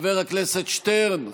חבר הכנסת שטרן.